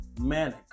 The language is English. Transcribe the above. Manic